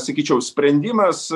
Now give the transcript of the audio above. sakyčiau sprendimas